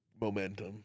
momentum